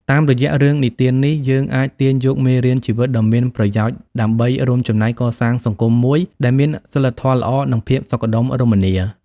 តាមរយៈរឿងនិទាននេះ យើងអាចទាញយកមេរៀនជីវិតដ៏មានប្រយោជន៍ដើម្បីរួមចំណែកកសាងសង្គមមួយដែលមានសីលធម៌ល្អ និងភាពសុខដុមរមនា។